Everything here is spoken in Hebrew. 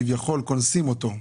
כביכול קונסים אותו.